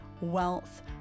wealth